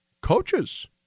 coaches